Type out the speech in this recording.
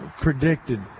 predicted